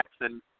Jackson